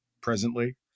presently